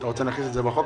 אנחנו גם דורשים בוועדה